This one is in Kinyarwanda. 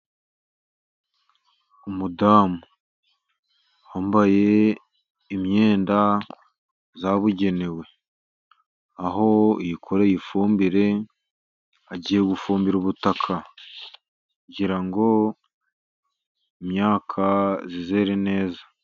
Umudamu wambaye imyenda yabugenewe, aho yikoreye ifumbire, agiye gufumbira ubutaka kugira ngo imyaka izere neza.